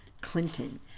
clinton